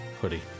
hoodie